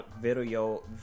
video